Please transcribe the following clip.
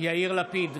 יאיר לפיד,